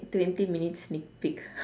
twenty minutes sneak peak